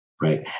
Right